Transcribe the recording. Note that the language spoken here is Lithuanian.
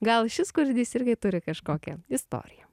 gal šis kūrinys irgi turi kažkokią istoriją